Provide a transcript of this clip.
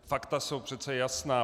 Fakta jsou přece jasná.